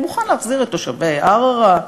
הוא מוכן להחזיר את תושבי ערערה,